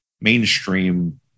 Mainstream